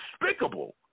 despicable